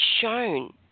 shown